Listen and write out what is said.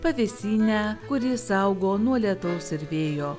pavėsinę kuri saugo nuo lietaus ir vėjo